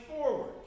forward